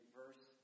verse